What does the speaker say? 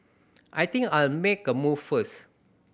I think I'll make a move first